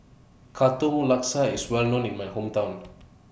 Katong Laksa IS Well known in My Hometown